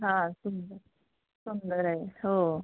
हां सुंदर सुंदर आहे हो